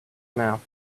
mouth